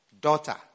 daughter